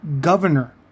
governor